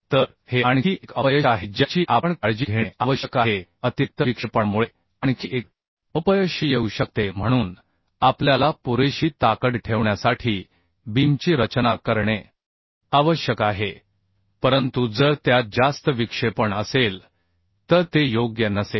तर हे आणखी एक अपयश आहे ज्याची आपण काळजी घेणे आवश्यक आहे अतिरिक्त विक्षेपणामुळे आणखी एक अपयश येऊ शकते म्हणून आपल्याला पुरेशी ताकद ठेवण्यासाठी बीमची रचना करणे आवश्यक आहे परंतु जर त्यात जास्त विक्षेपण असेल तर ते योग्य नसेल